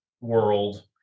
world